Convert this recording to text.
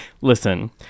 listen